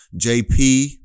JP